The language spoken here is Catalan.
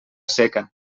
seca